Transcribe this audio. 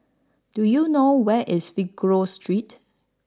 do you know where is Figaro Street